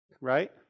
right